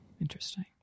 interesting